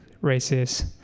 races